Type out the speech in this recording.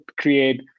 create